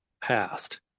past